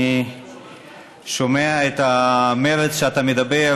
אני שומע את המרץ שבו אתה אומר: